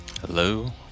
hello